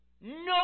No